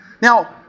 Now